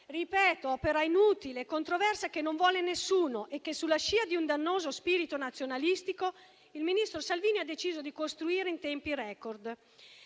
Ripeto, è un'opera inutile, controversa, che non vuole nessuno e che, sulla scia di un dannoso spirito nazionalistico, il ministro Salvini ha deciso di costruire in tempi *record*.